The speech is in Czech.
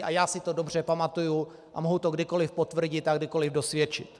A já si to dobře pamatuji a mohu to kdykoli potvrdit a kdykoli dosvědčit.